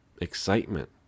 excitement